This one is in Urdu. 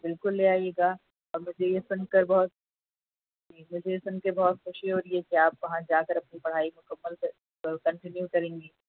بالکل لے آئیے گا اور مجھے یہ سُن کر بہت یہ سُن کے بہت خوشی ہو رہی ہے کہ آپ وہاں جا کر اپنی پڑھائی مکمل کنٹینیو کریں گی